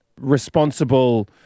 responsible